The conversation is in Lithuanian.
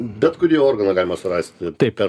bet kurį organą galima surasti taip per